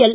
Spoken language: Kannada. ಎಲ್